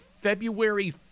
February